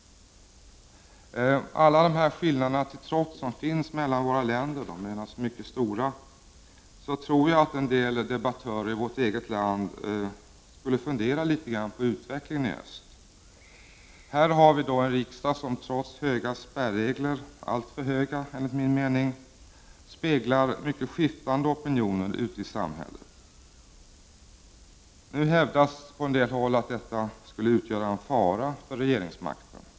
Alla skillnader till trots som finns mellan våra länder — de är alltså mycket stora — tror jag att en del debattörer i vårt eget land borde fundera lite grand på utvecklingen i öst. Här har vi en riksdag som trots höga spärregler, alltför höga enligt min mening, speglar mycket skiftande opinioner ute i samhället. Nu hävdas på en del håll att detta skulle utgöra en fara för regeringsmakten.